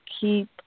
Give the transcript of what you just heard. keep